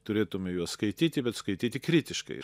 turėtume juos skaityti bet skaityti kritiškai